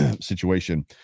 situation